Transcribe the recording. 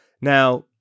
Now